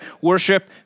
worship